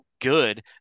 good